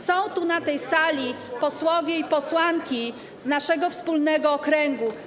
Są tu, na tej sali, posłowie i posłanki z naszego wspólnego okręgu.